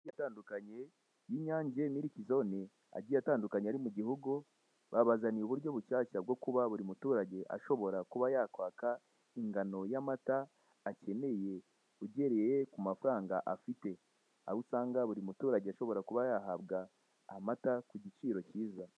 Atandukanye y'inyange miliki zone agiye atandukanye ari mu gihugu, babazaniye uburyo bushyashya bwo kuba buri muturage ashobora kuba yakwaka ingano y'amata akeneye ugereye ku mafaranga afite, aho usanga buri muturage ashobora kuba yahabwa amata ku giciro cyiza.